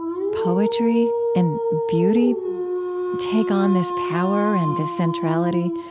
poetry and beauty take on this power and this centrality.